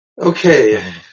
okay